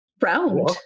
Round